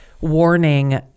warning